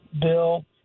bill